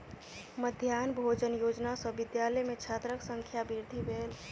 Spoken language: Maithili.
मध्याह्न भोजन योजना सॅ विद्यालय में छात्रक संख्या वृद्धि भेल